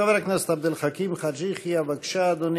חבר הכנסת עבד אל חכים חאג' יחיא, בבקשה, אדוני.